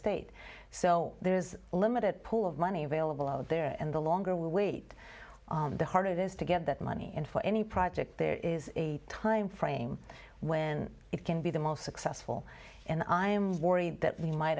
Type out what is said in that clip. state so there is a limited pool of money available out there and the longer we wait the harder it is to get that money in for any project there is a time frame when it can be the most successful and i am worried that we might